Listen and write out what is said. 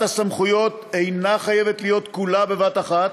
הסמכויות אינה חייבת להיות כולה בבת-אחת,